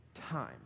time